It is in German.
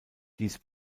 dies